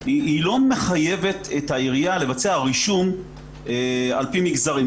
לא מחייבת את העירייה לבצע רישום על פי מגזרים.